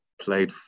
played